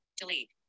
Delete